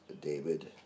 David